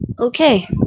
Okay